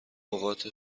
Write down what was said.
اوقات